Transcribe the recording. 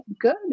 good